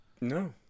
No